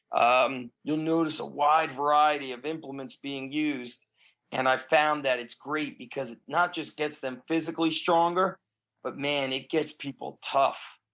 um you'll notice a wide variety of implements being used and i found that it's great because it not just gets them physically stronger but man, it gets people tough.